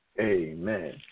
Amen